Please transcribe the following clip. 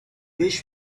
wish